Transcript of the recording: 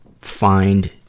find